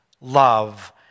love